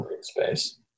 space